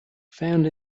found